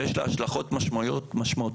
יש לה השלכות משמעותיות,